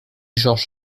georges